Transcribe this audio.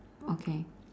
okay